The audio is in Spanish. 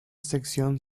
sección